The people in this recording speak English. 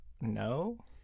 No